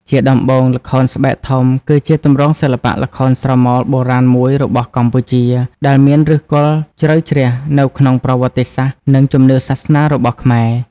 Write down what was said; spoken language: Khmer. ជាដំបូង ល្ខោនស្បែកធំ គឺជាទម្រង់សិល្បៈល្ខោនស្រមោលបុរាណមួយរបស់កម្ពុជា ដែលមានឫសគល់ជ្រៅជ្រះនៅក្នុងប្រវត្តិសាស្ត្រ និងជំនឿសាសនារបស់ខ្មែរ ។